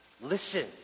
Listen